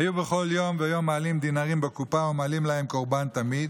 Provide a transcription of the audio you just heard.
היו בכל יום ויום מעלים דינרים בקופה ומעלים להם קורבן תמיד,